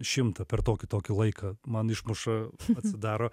šimtą per tokį tokį laiką man išmuša atsidaro